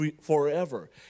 forever